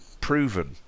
proven